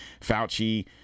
Fauci